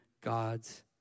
God's